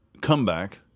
comeback